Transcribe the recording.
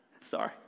Sorry